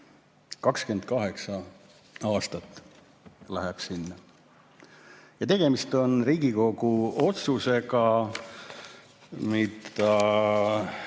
28 aastat läheb sinna aega. Tegemist on Riigikogu otsusega, mis